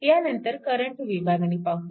ह्यानंतर करंट विभागणी पाहू